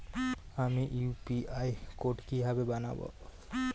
আমি UPI code কিভাবে বানাব?